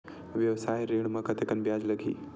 व्यवसाय ऋण म कतेकन ब्याज लगही?